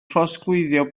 trosglwyddo